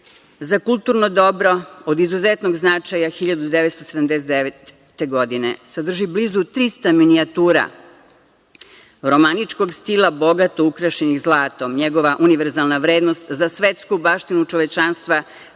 za kulturno dobro od izuzetnog značaja 1979. godine. Sadrži blizu 300 minijatura romaničkog stila, bogato ukrašenih zlatom. Njegova univerzalna vrednost za svetsku baštinu čovečanstva